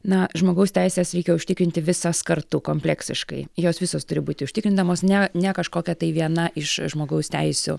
na žmogaus teises reikia užtikrinti visas kartu kompleksiškai jos visos turi būti užtikrinamos ne ne kažkokia tai viena iš žmogaus teisių